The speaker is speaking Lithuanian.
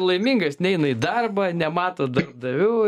laimingas neina į darbą nemato darbdavių